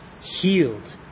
healed